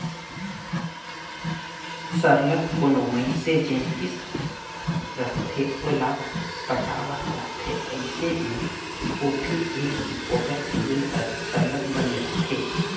सरलग कोनो मइनसे जेन किस्त रहथे ओला पटावत रहथे अइसे में होथे ए कि ओकर सिविल हर सरलग बने रहथे